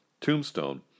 Tombstone